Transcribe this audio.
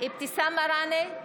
אבתיסאם מראענה,